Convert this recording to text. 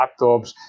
laptops